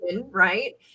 right